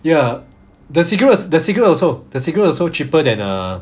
ya the cigarettes the cigarette also the cigarettes also cheaper than uh